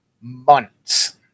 months